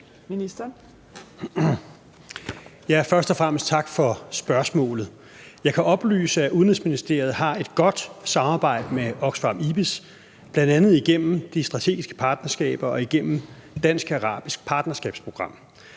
tak for spørgsmålet. Jeg kan oplyse, at Udenrigsministeriet har et godt samarbejde med Oxfam IBIS, bl.a. igennem de strategiske partnerskaber og igennem Dansk-Arabisk Partnerskabsprogram.